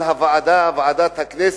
בוועדת הכנסת,